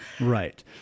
right